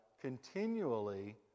continually